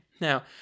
Now